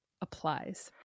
applies